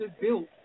built